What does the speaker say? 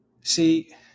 See